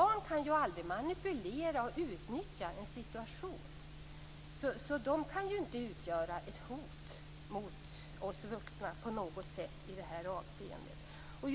Barn kan aldrig manipulera och utnyttja en situation. De kan inte utgöra ett hot mot oss vuxna på något sätt i det här avseendet.